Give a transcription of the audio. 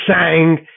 sang